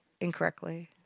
incorrectly